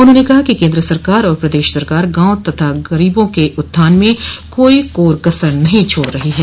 उन्होंने कहा कि केन्द्र सरकार और प्रदेश सरकार गांव तथा गरीबों के उत्थान में कोई कोर कसर नहीं छोड़ रही है